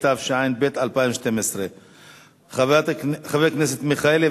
התשע"ב 2012. חבר הכנסת מיכאלי,